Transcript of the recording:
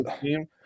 team